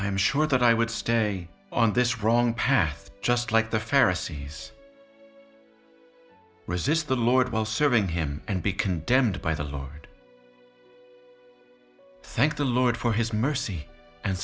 am sure that i would stay on this wrong path just like the pharisees resist the lord while serving him and be condemned by the lord thank the lord for his mercy and